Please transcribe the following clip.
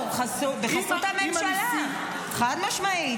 ברור, בחסות הממשלה, חד-משמעית.